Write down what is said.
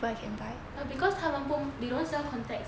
but no because they don't sell contacts [what]